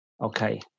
Okay